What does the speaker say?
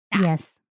yes